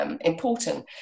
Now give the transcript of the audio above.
Important